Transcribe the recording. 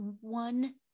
one